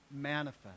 manifest